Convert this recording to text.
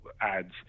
ads